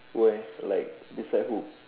where like beside who